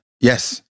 yes